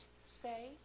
say